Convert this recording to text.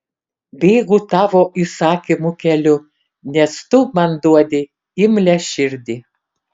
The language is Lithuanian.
bėgu tavo įsakymų keliu nes tu man duodi imlią širdį